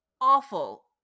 awful